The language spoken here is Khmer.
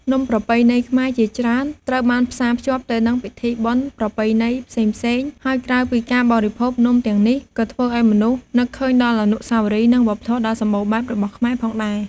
នំប្រពៃណីខ្មែរជាច្រើនត្រូវបានផ្សារភ្ជាប់ទៅនឹងពិធីបុណ្យប្រពៃណីផ្សេងៗ ហើយក្រៅពីការបរិភោគ នំទាំងនេះក៏ធ្វើឲ្យមនុស្សនឹកឃើញដល់អនុស្សាវរីយ៍ និងវប្បធម៌ដ៏សម្បូរបែបរបស់ខ្មែរផងដែរ។